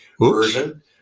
version